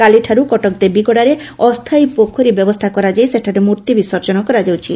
କାଲିଠାରୁ କଟକ ଦେବୀଗଡ଼ାରେ ଅସ୍ତାୟୀ ପୋଖରୀ ବ୍ୟବସ୍ରା କରାଯାଇ ସେଠାରେ ମୂର୍ଭି ବିସର୍ଜନ କରାଯାଉଛି